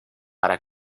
para